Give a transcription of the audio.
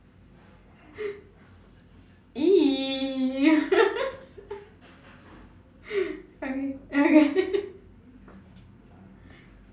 !ee! okay okay